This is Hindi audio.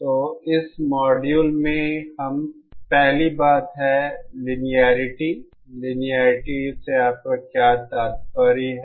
तो इस मॉड्यूल में पहली बात है लिनियेरिटी लिनियेरिटी से आपका क्या तात्पर्य है